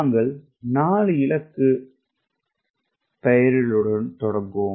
நாங்கள் 4 இலக்க பெயரிடலுடன் தொடங்குவோம்